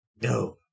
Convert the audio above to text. No